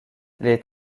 les